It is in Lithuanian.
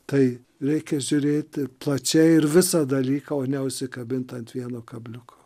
tai reikia žiūrėti plačiai ir visą dalyką o ne užsikabinti ant vieno kabliuko